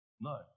No